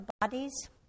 bodies